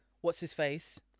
What's-his-face